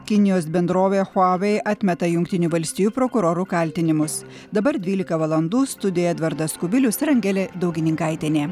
kinijos bendrovė huawei atmeta jungtinių valstijų prokurorų kaltinimus dabar dvylika valandų studijoje edvardas kubilius ir angelė daugininkaitienė